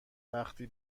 وقتی